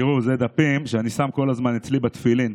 תראו, אלה דפים שאני שם כל הזמן אצלי בתפילין,